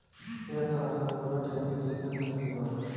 ए तरह के पूरा खेती कृत्रिम खेती होला